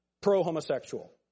pro-homosexual